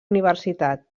universitat